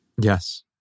Yes